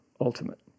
ultimate